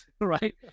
right